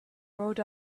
rolled